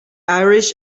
irish